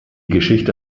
geschichte